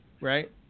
right